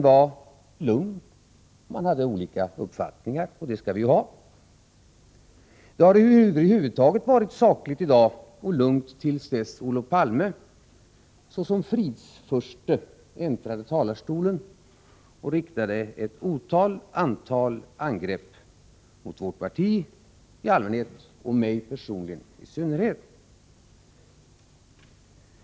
Man hade olika uppfattningar, och det skall vi ju ha, men debatten var lugn. Det har över huvud taget varit lugnt och sakligt i dag, till dess Olof Palme såsom fridsfurste äntrade talarstolen och riktade ett otal angrepp mot vårt parti i allmänhet och mot mig personligen i synnerhet.